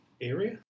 area